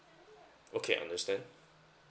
okay understand